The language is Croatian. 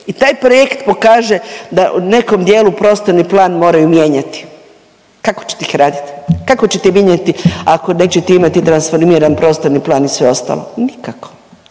i taj projekt pokaže da u nekom dijelu prostorni plan moraju mijenjati, kako ćete ih raditi, kako ćete mijenjati ako nećete imati transformiran prostorni plan i sve ostalo? Nikako,